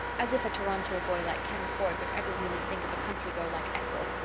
as if a toronto boy like ken ford would ever really think of a country girl like ethel!